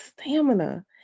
stamina